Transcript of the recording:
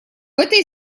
этой